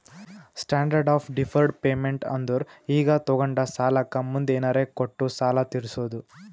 standard of deferred payment ಅಂದುರ್ ಈಗ ತೊಗೊಂಡ ಸಾಲಕ್ಕ ಮುಂದ್ ಏನರೇ ಕೊಟ್ಟು ಸಾಲ ತೀರ್ಸೋದು